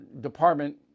Department